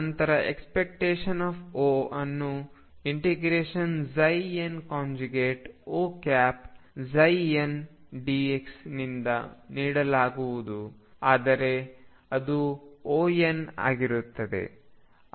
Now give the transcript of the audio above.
ನಂತರ ⟨O⟩ ಅನ್ನು∫nOndx ನಿಂದ ನೀಡಲಾಗುವುದು ಆದರೆ ಅದು Onಆಗಿರುತ್ತದೆ